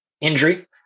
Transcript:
injury